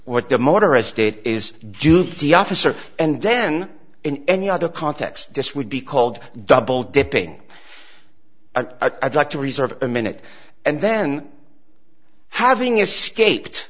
duty officer and then in any other context this would be called double dipping i'd like to reserve a minute and then having escaped